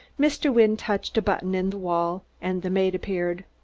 mr. wynne touched a button in the wall, and the maid appeared.